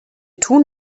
tun